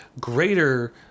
greater